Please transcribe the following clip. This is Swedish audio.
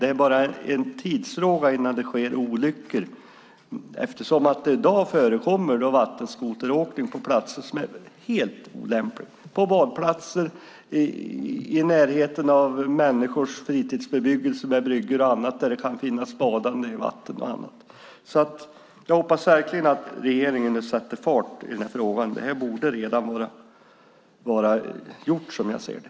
Det är bara en tidsfråga innan det sker olyckor, eftersom det i dag förekommer vattenskoteråkning på platser som är helt olämpliga, på badplatser, i närheten av fritidsbebyggelse med bryggor där det kan finnas badande i vattnet och annat. Jag hoppas verkligen att regeringen nu sätter fart i den här frågan. Det här borde redan vara gjort, som jag ser det.